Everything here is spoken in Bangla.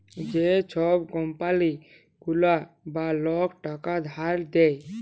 যে ছব কম্পালি গুলা বা লক টাকা ধার দেয়